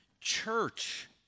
church